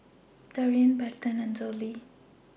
Darrian Berton and Zollie